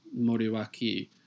Moriwaki